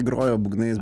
grojo būgnais